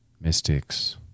mystics